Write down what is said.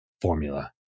formula